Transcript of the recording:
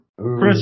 Chris